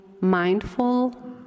mindful